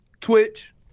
Twitch